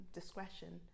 discretion